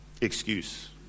excuse